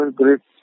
great